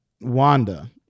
wanda